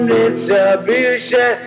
distribution